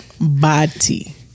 Body